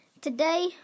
today